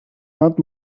not